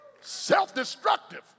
self-destructive